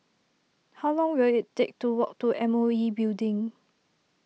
how long will it take to walk to M O E Building